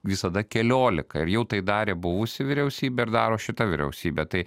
visada keliolika ir jau tai darė buvusi vyriausybė daro šita vyriausybė tai